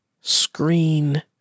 screen